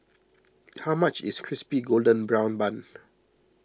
how much is Crispy Golden Brown Bun